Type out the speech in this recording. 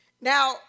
Now